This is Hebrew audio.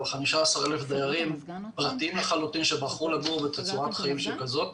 אבל 15,000 דיירים פרטיים לחלוטין שבחרו לגור בתצורת חיים שכזאת.